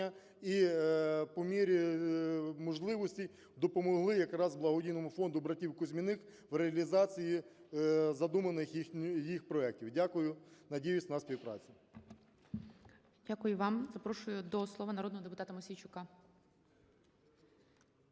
і по мірі можливості допомогли якраз благодійному фонду братів Кузьміних в реалізації задуманих їх проектів. Дякую. Надіюсь на співпрацю. ГОЛОВУЮЧИЙ. Дякую вам. Запрошую до слова народного депутата Мосійчука.